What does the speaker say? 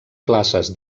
classes